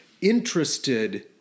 interested